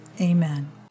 Amen